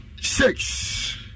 six